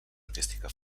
artística